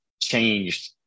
changed